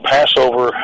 Passover